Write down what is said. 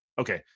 Okay